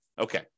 Okay